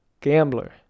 gambler